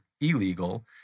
illegal